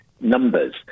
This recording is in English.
numbers